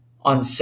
on